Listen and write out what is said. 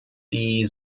die